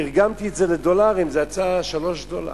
תרגמתי את זה לדולרים, זה יצא 3 דולרים,